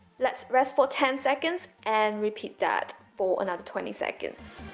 let's rest for ten seconds and repeat that for another twenty seconds